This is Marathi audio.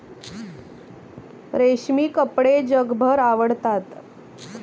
रेशमी कपडे जगभर आवडतात